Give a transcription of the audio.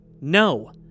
No